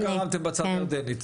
אני לא מתחשב בצד הירדני,